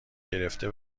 گرفته